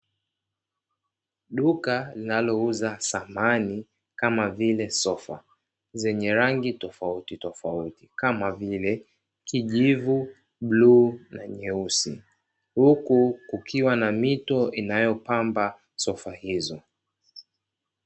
Duka linalouza samani kama vile sofa zenye rangi tofautitofauti, kama vile: kijivu, bluu na nyeusi. Huku kukiwa na mito inayopamba sofa hizo.